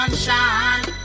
Sunshine